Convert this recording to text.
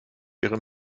ihren